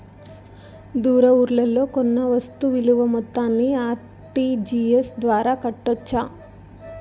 దూర ఊర్లలో కొన్న వస్తు విలువ మొత్తాన్ని ఆర్.టి.జి.ఎస్ ద్వారా కట్టొచ్చా?